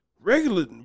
regular